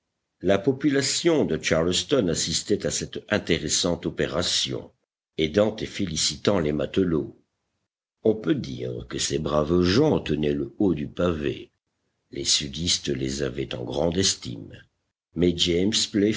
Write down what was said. la population de charleston assistait à cette intéressante opération aidant et félicitant les matelots on peut dire que ces braves gens tenaient le haut du pavé les sudistes les avaient en grande estime mais james